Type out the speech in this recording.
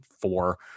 four